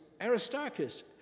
Aristarchus